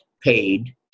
paid